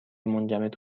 منجمد